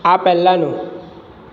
આ પહેલાંનું